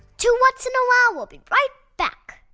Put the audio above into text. two whats? and a wow! will be right back.